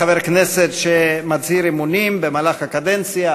חבר כנסת שמצהיר אמונים במהלך הקדנציה,